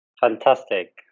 Fantastic